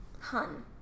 Hun